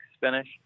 finish